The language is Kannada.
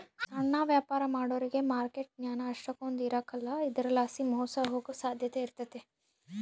ಸಣ್ಣ ವ್ಯಾಪಾರ ಮಾಡೋರಿಗೆ ಮಾರ್ಕೆಟ್ ಜ್ಞಾನ ಅಷ್ಟಕೊಂದ್ ಇರಕಲ್ಲ ಇದರಲಾಸಿ ಮೋಸ ಹೋಗೋ ಸಾಧ್ಯತೆ ಇರ್ತತೆ